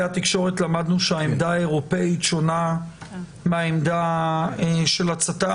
התקשורת שהעמדה האירופית שונה מהעמדה של הצט"מ.